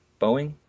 Boeing